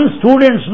students